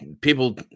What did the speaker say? People